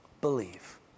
believe